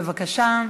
בבקשה.